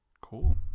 Cool